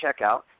checkout